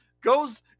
goes